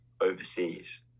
overseas